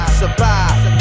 survive